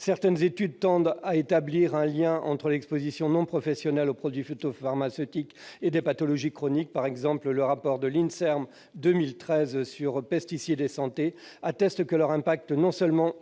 Certaines études tendent à établir un lien entre l'exposition non professionnelle aux produits phytopharmaceutiques et des pathologies chroniques. Par exemple, le rapport de l'INSERM de 2013 intitulé atteste de leur impact non seulement